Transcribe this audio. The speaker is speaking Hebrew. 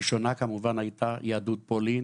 הראשונה כמובן הייתה יהדות פולין